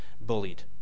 bullied